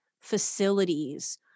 facilities